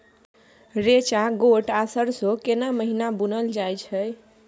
रेचा, गोट आ सरसो केना महिना बुनल जाय छै?